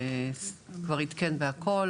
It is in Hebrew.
כבר עדכן בהכל.